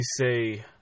say